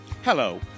Hello